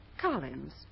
Collins